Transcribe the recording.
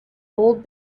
old